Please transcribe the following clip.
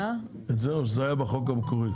או שזה היה בחוק המקורי?